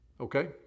Okay